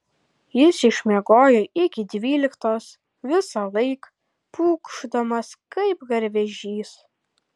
jis išmiegojo iki dvyliktos visąlaik pūkšdamas kaip garvežys